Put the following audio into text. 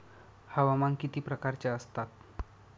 हवामान किती प्रकारचे असतात?